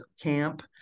camp